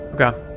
Okay